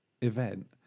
event